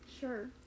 Sure